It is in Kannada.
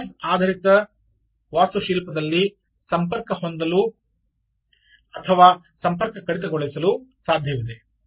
ನೀವು ಬಸ್ ಆಧಾರಿತ ವಾಸ್ತುಶಿಲ್ಪದಲ್ಲಿ ಸಂಪರ್ಕ ಹೊಂದಲು ಅಥವಾ ಸಂಪರ್ಕ ಕಡಿತಗೊಳ್ಳಲು ಸಾಧ್ಯವಿದೆ